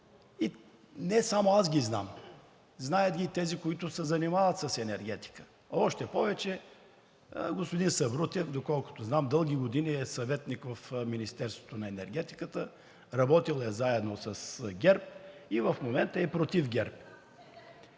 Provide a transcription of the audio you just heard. И не само аз ги знам, знаят ги и тези, които се занимават с енергетика. Още повече господин Сабрутев, доколкото знам, дълги години е съветник в Министерството на енергетиката, работил е заедно с ГЕРБ и в момента е против ГЕРБ.